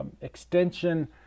extension